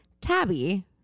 Tabby